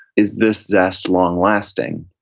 is this zest long-lasting?